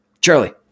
Charlie